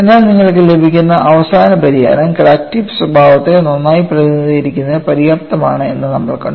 എന്നാൽ നിങ്ങൾക്ക് ലഭിക്കുന്ന അവസാന പരിഹാരം ക്രാക്ക് ടിപ്പ് സ്വഭാവത്തെ നന്നായി പ്രതിനിധീകരിക്കുന്നതിന് പര്യാപ്തമാണ് എന്ന് നമ്മൾ കണ്ടു